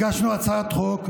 הגשנו הצעת חוק,